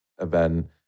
Event